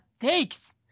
thanks